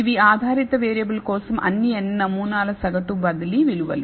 ఇవి ఆధారిత వేరియబుల్ కోసం అన్ని n నమూనాల సగటు బదిలీ విలువలు